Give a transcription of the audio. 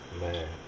Man